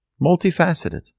multifaceted